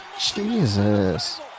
Jesus